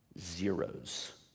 zeros